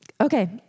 Okay